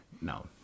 no